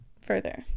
further